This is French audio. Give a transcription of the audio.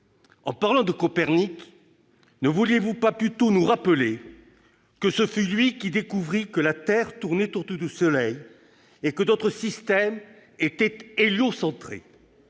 en parlant de Copernic, ne vouliez-vous pas plutôt nous rappeler que ce fut lui qui découvrit que la Terre tournait autour du soleil et que notre système était héliocentré ?